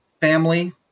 family